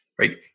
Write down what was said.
right